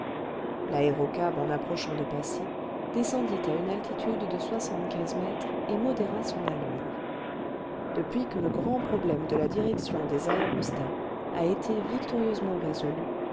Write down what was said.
l'aérocab en approchant de passy descendit à une altitude de soixante quinze mètres et modéra son allure depuis que le grand problème de la direction des aérostats a été victorieusement résolu